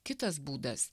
kitas būdas